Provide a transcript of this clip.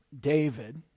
David